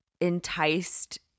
enticed